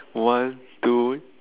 one two